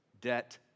Debt